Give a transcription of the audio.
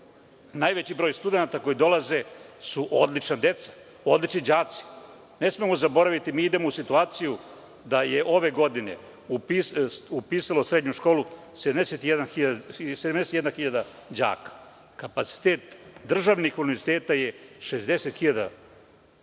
Najveći broj studenata koji dolaze su odlična deca, odlični đaci. Ne smemo zaboraviti, mi idemo u situaciju da je ove godine upisalo srednju školu 71.000 đaka. Kapacitet državnih univerziteta je 60.000 studenata.